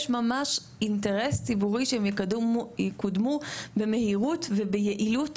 ממש אינטרס ציבורי שהם יקודמו במהירות וביעילות,